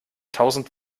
tausend